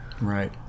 Right